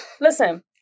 Listen